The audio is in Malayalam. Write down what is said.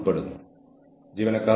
അഭിമുഖങ്ങൾ ഉണ്ട്